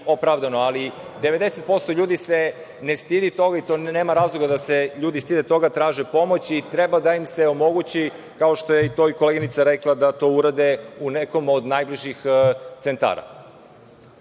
opravdano, ali 90% ljudi se ne stidi toga i nema razloga da se ljudi stide toga, traže pomoć i treba da im se omogući, kao što je i koleginica rekla da to urade u nekom od najbližih centara.